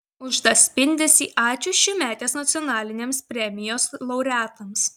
už tą spindesį ačiū šiųmetės nacionalinėms premijos laureatams